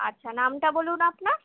আচ্ছা নামটা বলুন আপনার